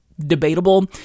debatable